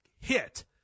hit